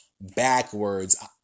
backwards